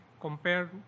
compared